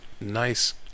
nice